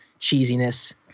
cheesiness